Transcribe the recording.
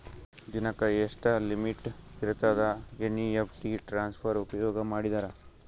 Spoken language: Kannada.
ದಿನಕ್ಕ ಎಷ್ಟ ಲಿಮಿಟ್ ಇರತದ ಎನ್.ಇ.ಎಫ್.ಟಿ ಟ್ರಾನ್ಸಫರ್ ಉಪಯೋಗ ಮಾಡಿದರ?